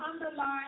underline